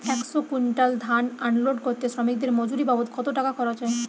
একশো কুইন্টাল ধান আনলোড করতে শ্রমিকের মজুরি বাবদ কত টাকা খরচ হয়?